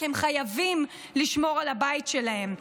כי הם חייבים לשמור על הבית שלהם.